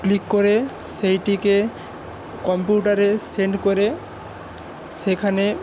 click করে সেইটিকে কম্পিউটারে সেন্ড করে সেখানে